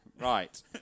Right